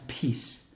peace